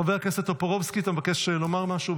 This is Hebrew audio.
חבר הכנסת טופורובסקי, אתה מבקש לומר משהו?